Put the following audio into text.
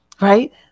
right